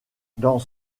dans